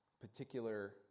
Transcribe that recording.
particular